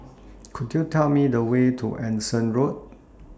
Could YOU Tell Me The Way to Anson Road